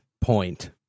point